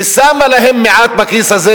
ושמה להם מעט בכיס הזה,